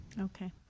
Okay